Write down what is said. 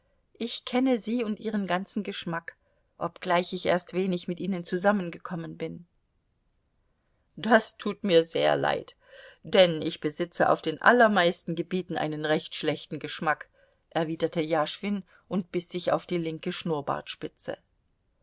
ich kenne sie und ihren ganzen geschmack obgleich ich erst wenig mit ihnen zusammengekommen bin das tut mir sehr leid denn ich besitze auf den allermeisten gebieten einen recht schlechten geschmack erwiderte jaschwin und biß sich auf die linke